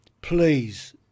please